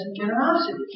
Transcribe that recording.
generosity